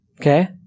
Okay